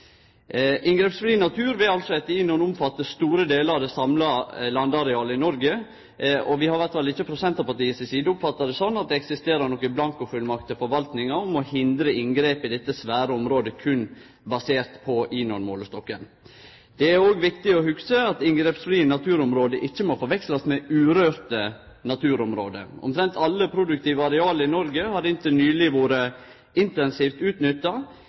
Inngrepsfri natur vil etter INON altså omfatte store delar av det samla landarealet i Noreg. Vi har i alle fall ikkje frå Senterpartiet si side oppfatta det slik at det eksisterer nokon blankofullmakt til forvaltninga om å hindre inngrep i dette svære området berre basert på INON-målestokken. Det er òg viktig å hugse at inngrepsfrie naturområde ikkje må forvekslast med urørte naturområde. Omtrent alle produktive areal i Noreg har inntil nyleg vore intensivt utnytta